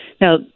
Now